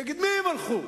נגד מי הם הלכו?